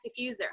diffuser